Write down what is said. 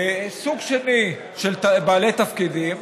סוג שני של בעלי תפקידים